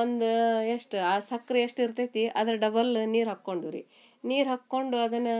ಒಂದು ಎಷ್ಟೇ ಆ ಸಕ್ರೆ ಎಷ್ಟು ಇರ್ತೈತಿ ಅದ್ರ ಡಬಲ ನೀರು ಹಾಕ್ಕೊಂಡೆವ್ ರೀ ನೀರು ಹಾಕಿಕೊಂಡು ಅದನ್ನ